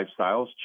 lifestyles